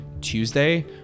Tuesday